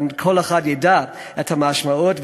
וכל אחד ידע את המשמעות.